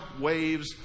waves